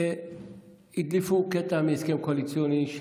הדליפו קטע מהסכם קואליציוני,